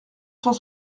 cent